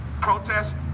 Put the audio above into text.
protest